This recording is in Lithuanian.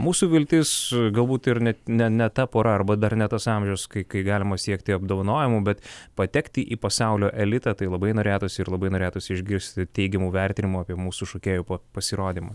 mūsų viltis galbūt ir net ne ne ta pora arba dar ne tas amžius kai kai galima siekti apdovanojimų bet patekti į pasaulio elitą tai labai norėtųsi ir labai norėtųsi išgirsti teigiamų vertinimų apie mūsų šokėjų pasirodymą